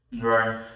right